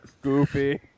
goofy